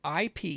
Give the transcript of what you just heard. IP